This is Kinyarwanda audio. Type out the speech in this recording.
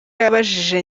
yabajije